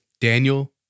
Daniel